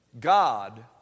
God